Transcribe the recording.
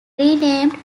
renamed